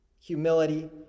Humility